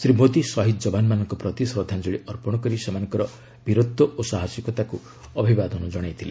ଶ୍ରୀ ମୋଦି ସହିଦ ଜବାନମାନଙ୍କ ପ୍ରତି ଶ୍ରଦ୍ଧାଞ୍ଚଳି ଅର୍ପଣ କରି ସେମାନଙ୍କର ବୀରତ୍ୱ ଓ ସାହସିକତାକୁ ଅଭିବାଦନ ଜଣାଇଛନ୍ତି